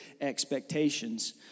expectations